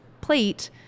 plate